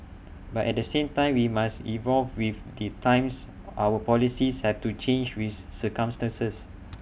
but at the same time we must evolve with the times our policies have to change with circumstances